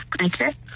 okay